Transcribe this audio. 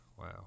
wow